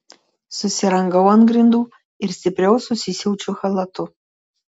susirangau ant grindų ir stipriau susisiaučiu chalatu